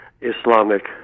Islamic